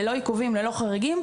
ללא עיכובים וללא חריגים,